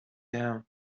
down